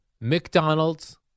McDonald's